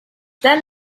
done